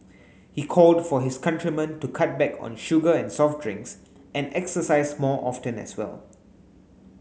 he called for his countrymen to cut back on sugar and soft drinks and exercise more often as well